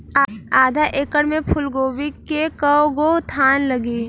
आधा एकड़ में फूलगोभी के कव गो थान लागी?